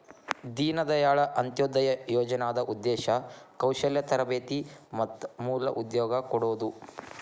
ದೇನ ದಾಯಾಳ್ ಅಂತ್ಯೊದಯ ಯೋಜನಾದ್ ಉದ್ದೇಶ ಕೌಶಲ್ಯ ತರಬೇತಿ ಮತ್ತ ಮೂಲ ಉದ್ಯೋಗ ಕೊಡೋದು